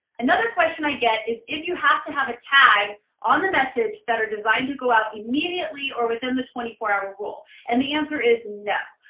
another question i get is if you have to have a tag on the message that are designed to go out immediately or within the twenty four hour rule, and the answer is no.